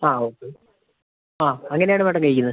ആ ഓക്കെ ആ അങ്ങനെയാണ് മാഡം കഴിക്കുന്നത്